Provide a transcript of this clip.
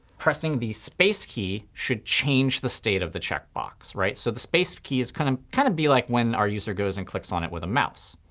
pressing the space key should change the state of the checkbox, right? so the space key would kind of kind of be like when our user goes and clicks on it with a mouse.